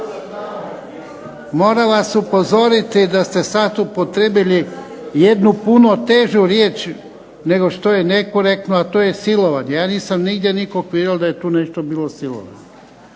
Moram vas upozoriti da ste sada upotrijebili jednu puno težu riječ nego što je nekorektno, a to je silovanje. Ja nisam nigdje nikada vidio da je tu nešto bilo silovano.